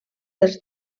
dels